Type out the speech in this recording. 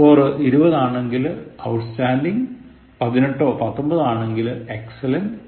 score 20 ആണെങ്കിൽ outstanding പതിനെട്ടോ പത്തൊൻപതോ ആണെങ്കിൽ എക്സലെന്റ്റ്